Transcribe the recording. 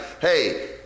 Hey